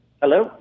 Hello